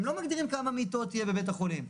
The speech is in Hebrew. הם לא מגדירים כמה מיטות יהיו בבית החולים.